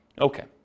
Okay